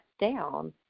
down